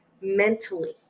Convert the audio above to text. mentally